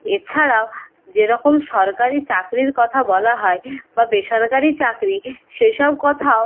এছাড়াও যেরকম সরকারি চাকরির কথা বলা হয় বা বেসরকারি চাকরি সেসব কথাও